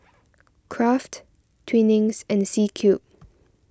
Kraft Twinings and C Cube